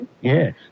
Yes